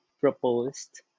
proposed